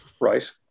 right